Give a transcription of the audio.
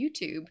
YouTube